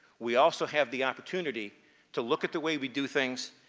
we also have the opportunity to look at the way we do things,